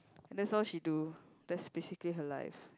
that's all she do that's basically her life